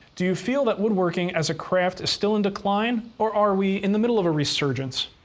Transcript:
do you feel that woodworking as a craft is still in decline, or are we in the middle of a resurgence?